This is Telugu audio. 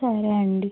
సరే అండి